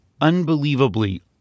unbelievably